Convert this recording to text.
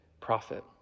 prophet